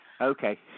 Okay